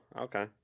okay